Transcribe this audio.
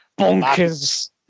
bonkers